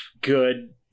good